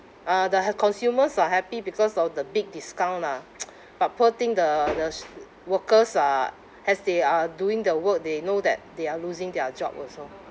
uh the have consumers are happy because of the big discount lah but poor thing the the s~ workers are as they are doing the work they know that they are losing their job also